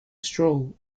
stroll